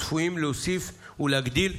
וצפויים להוסיף ולהגדיל,